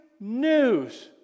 news